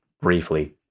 briefly